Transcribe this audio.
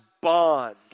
bond